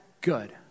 good